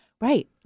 Right